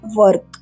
work